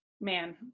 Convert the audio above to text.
man